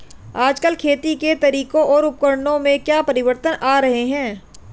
आजकल खेती के तरीकों और उपकरणों में क्या परिवर्तन आ रहें हैं?